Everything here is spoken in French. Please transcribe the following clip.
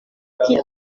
qu’il